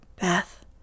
beth